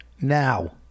Now